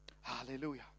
hallelujah